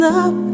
up